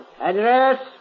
Address